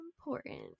important